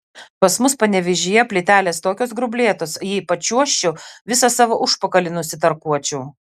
pas mus panevėžyje plytelės tokios grublėtos jei pačiuožčiau visą savo užpakalį nusitarkuočiau